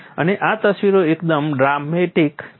અને આ તસવીરો એકદમ ડ્રામેટિક છે